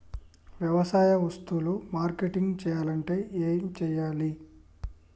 వ్యవసాయ వస్తువులు మార్కెటింగ్ చెయ్యాలంటే ఏం చెయ్యాలే?